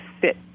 fit